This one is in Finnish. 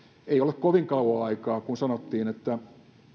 ei ole kovin kauan aikaa siitä kun sanottiin että